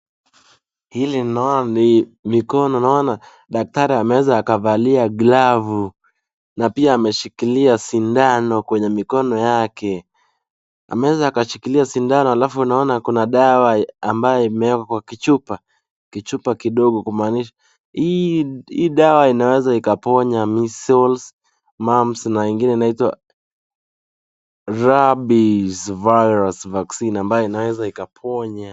Hii naona ni mikono naona daktari ameweza akavalia glavucs] na pia ameshikilia sindano kwenye mikono yake. Ameweza akashikilia sindano alafu naona kuna dawa ambayo imewekwa kwa kichupa. Kichupa kidogo kumaanisha hii hii dawa inaweza ikaponya measles , mumps na ingine inaitwa rabies virus vaccine ambayo inaweza ikaponya.